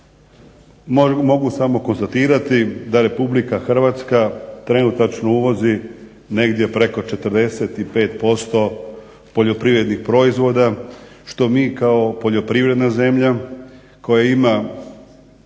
Mogu samo konstatirati da RH trenutačno uvozi negdje preko 45% poljoprivrednih proizvoda što mi kao poljoprivredna zemlja koja ima